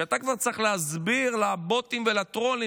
אתה כבר צריך להסביר לבוטים ולטרולים